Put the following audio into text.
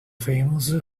famous